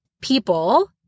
people